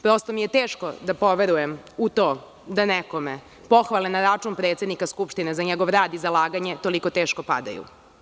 Prosto mi je teško da poverujem u to da nekome pohvale na račun predsednika Skupštine za njegov rad i zalaganje toliko teško padaju.